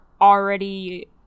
already